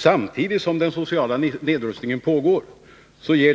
Samtidigt som den sociala nedrustningen pågår ger